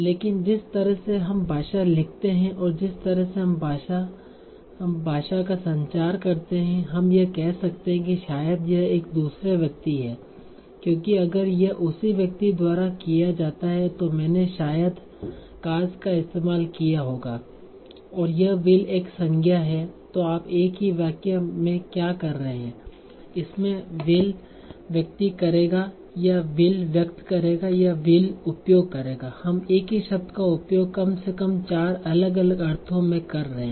लेकिन जिस तरह से हम भाषा लिखते हैं और जिस तरह से हम भाषा का संचार करते हैं हम यह कह सकते हैं कि शायद यह एक दूसरा व्यक्ति है क्योंकि अगर यह उसी व्यक्ति द्वारा किया जाता है तो मैंने शायद काज का इस्तेमाल किया होगा और यह will एक संज्ञा है तो आप एक ही वाक्य में क्या कह रहे हैं इसमें will व्यक्ति करेगा या will व्यक्त करेगा या will उपयोग करेगा हम एक ही शब्द का उपयोग कम से कम चार अलग अलग अर्थों में कर रहे हैं